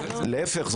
להפך.